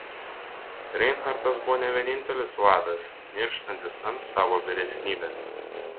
reinhartas buvo ne vienintelis vadas nirštantis ant savo vyresnybės